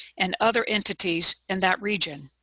and other entities in that region.